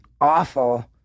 awful